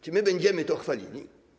Czy będziemy to chwalili?